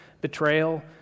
betrayal